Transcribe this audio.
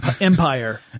empire